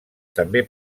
també